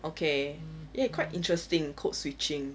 okay eh quite interesting code switching